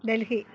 Delhi